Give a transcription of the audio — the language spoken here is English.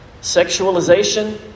sexualization